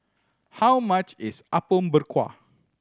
how much is Apom Berkuah